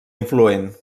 influent